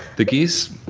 the geese,